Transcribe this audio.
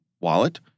wallet